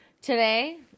today